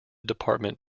department